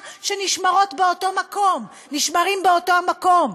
מה נעשה עם טביעות האצבע והתמונה שנשמרות באותו מקום?